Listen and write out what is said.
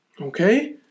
Okay